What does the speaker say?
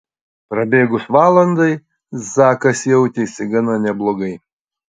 prabėgus valandai zakas jautėsi gana neblogai